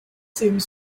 seems